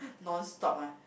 non stop ah